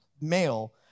male